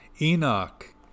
Enoch